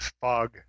fog